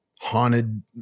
haunted